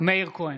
מאיר כהן,